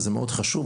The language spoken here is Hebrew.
זה מאוד חשוב,